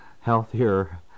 healthier